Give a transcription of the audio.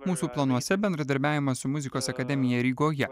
mūsų planuose bendradarbiavimas su muzikos akademija rygoje